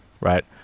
right